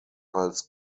als